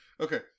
Okay